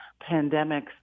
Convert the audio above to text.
pandemics